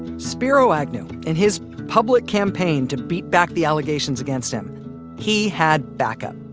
spiro agnew in his public campaign to beat back the allegations against him he had back-up.